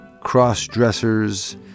cross-dressers